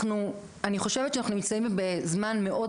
אני חושבת שאנחנו נמצאים בזמן מאוד